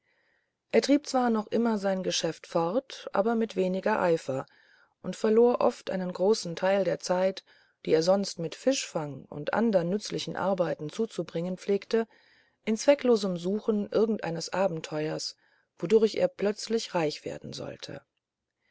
er trieb zwar noch immer sein geschäft fort aber mit weniger eifer und verlor oft einen großen teil der zeit die er sonst mit fischfang oder andern nützlichen arbeiten zuzubringen pflegte in zwecklosem suchen irgendeines abenteuers wodurch er plötzlich reich werden sollte